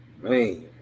man